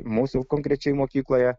mūsų konkrečioj mokykloje